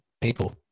people